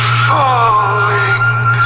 falling